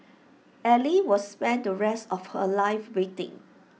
ally will spend the rest of her life waiting